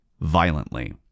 violently